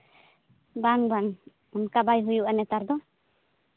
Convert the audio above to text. ᱵᱟᱝ ᱵᱟᱝ ᱚᱱᱠᱟ ᱵᱟᱝ ᱦᱩᱭᱩᱜᱼᱟ ᱱᱮᱛᱟᱨ ᱫᱚ